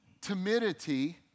timidity